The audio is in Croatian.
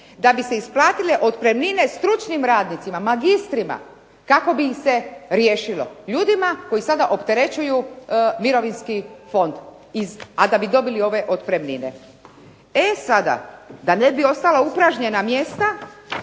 da bi se isplatile otpremnine stručnim radnicima, magistrima kako bi ih se riješilo. Ljudima koji sada opterećuju Mirovinski fond, a da bi dobili ove otpremnine. E sada, da ne bi ostala upražnjena mjesta